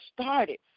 started